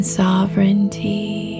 sovereignty